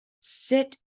sit